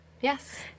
Yes